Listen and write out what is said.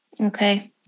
Okay